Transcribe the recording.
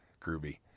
groovy